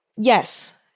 Yes